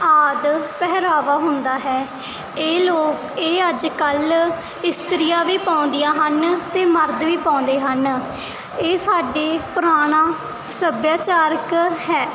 ਆਦਿ ਪਹਿਰਾਵਾ ਹੁੰਦਾ ਹੈ ਇਹ ਲੋਕ ਇਹ ਅੱਜ ਕੱਲ੍ਹ ਇਸਤਰੀਆਂ ਵੀ ਪਾਉਂਦੀਆਂ ਹਨ ਅਤੇ ਮਰਦ ਵੀ ਪਾਉਂਦੇ ਹਨ ਇਹ ਸਾਡਾ ਪੁਰਾਣਾ ਸੱਭਿਆਚਾਰ ਹੈ